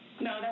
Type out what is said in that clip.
No